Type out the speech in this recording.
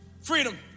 Freedom